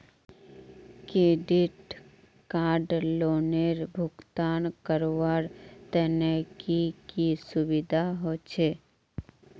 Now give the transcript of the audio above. Credit card लोनेर भुगतान करवार तने की की सुविधा होचे??